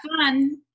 fun